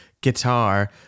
guitar